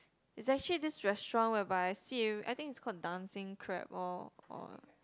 is actually this restaurant whereby I think it's called Dancing-Crab or